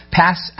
pass